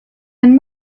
and